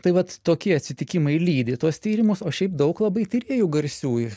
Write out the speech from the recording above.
tai vat tokie atsitikimai lydi tuos tyrimus o šiaip daug labai tyrėjų garsiųjų